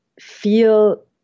feel